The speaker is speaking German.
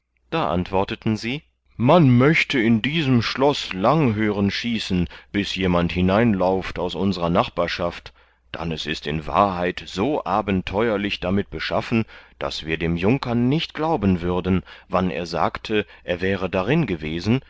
da antworteten sie man möchte in diesem schloß lang hören schießen bis jemand hineinlauft aus unsrer nachbarschaft dann es ist in wahrheit so abenteurlich damit beschaffen daß wir dem junkern nicht glauben würden wann er sagte er wäre darin gewesen